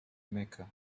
mecca